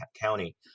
County